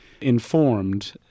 informed